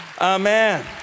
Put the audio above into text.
Amen